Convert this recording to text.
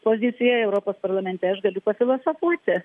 pozicija europos parlamente aš galiu pafilosofuoti